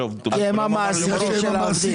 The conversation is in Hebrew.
כי הן המעסיקות של העובדים.